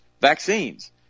vaccines